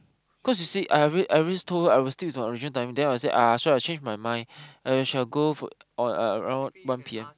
cause you see I already I already told her I will stick to the original timing then I will said I I so I change my mind I shall go on on around one P_M